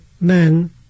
men